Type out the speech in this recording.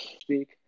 speak